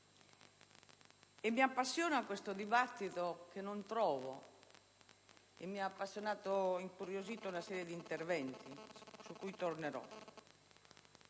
E mi appassiona questo dibattito che non trovo, e mi hanno appassionato ed incuriosito una serie di interventi, su cui tornerò.